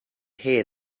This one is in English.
hear